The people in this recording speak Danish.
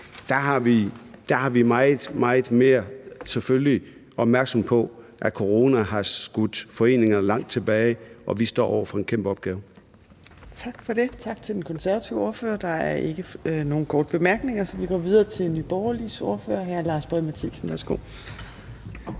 meget, meget mere opmærksomme på, at coronaen har skudt foreninger langt tilbage, og at vi står over for en kæmpe opgave. Kl. 13:02 Fjerde næstformand (Trine Torp): Tak til den konservative ordfører. Der er ikke nogen korte bemærkninger, så vi går videre til Nye Borgerliges ordfører, hr. Lars Boje Mathiesen. Værsgo.